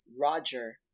Roger